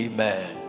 Amen